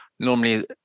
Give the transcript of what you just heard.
Normally